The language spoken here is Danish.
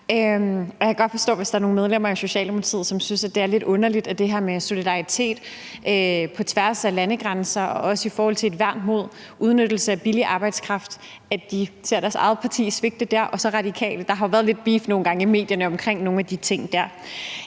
godt forstå, hvis der er nogle medlemmer af Socialdemokratiet, som synes, det er lidt underligt, at de i forhold til det her med solidaritet på tværs af landegrænser og også i forhold til et værn mod udnyttelse af billig arbejdskraft ser deres eget parti svigte, og så er der Radikale, hvor der har været lidt beef i medierne omkring nogle af de ting der.